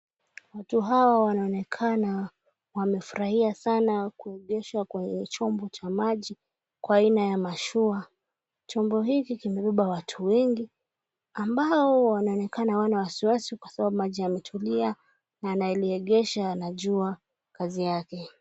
Watu hawa wanaonekana wamefurahia sana kuegeshwa kwa chombo cha maji kwa aina ya mashua. Chombo hiki kimebeba watu wengi, ambao wanaonekana hawana wasiwasi kwa sababu maji yametulia, na anayeliegesha anajua kazi yake.